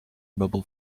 mobile